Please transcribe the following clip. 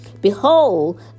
Behold